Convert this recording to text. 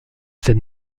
cette